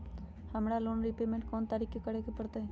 हमरा loan repayment कोन तारीख के करे के परतई?